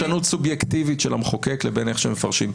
יש הבדל בין פרשנות סובייקטיבית של המחוקק לבין איך שמפרשים טקסט.